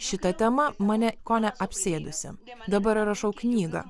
šita tema mane kone apsėdusi dabar rašau knygą